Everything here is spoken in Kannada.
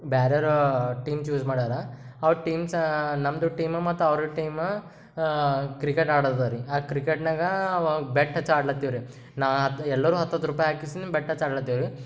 ಬೇರೆರೂ ಟೀಮ್ ಚೂಸ್ ಮಾಡ್ಯಾರ ಅವ್ ಟೀಮ್ಸಾ ನಮ್ಮದು ಟೀಮು ಮತ್ತು ಅವರ ಟೀಮ ಕ್ರಿಕೆಟ್ ಆಡೋದರಿ ಆ ಕ್ರಿಕೆಟ್ನ್ಯಾಗ ಅವ ಬೆಟ್ ಹಚ್ ಆಡ್ಲತ್ತೀವ್ರಿ ನಾ ಎಲ್ಲರೂ ಹತ್ತು ಹತ್ತು ರೂಪಾಯಿ ಹಾಕಿಸಿ ನ ಬೆಟ್ ಹಚ್ ಆಡ್ಲತೀವ್ರಿ